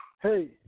Hey